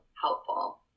helpful